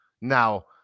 now